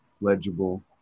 legible